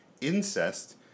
Incest